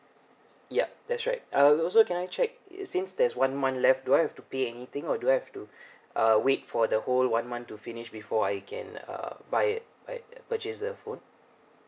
yup that's right uh also can I check is since there's one month left do I have to pay anything or do I have to uh wait for the whole one month to finish before I can uh buy it buy it purchase the phone